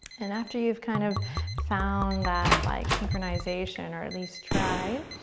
and after you've kind of found that like synchronization, or at least tried,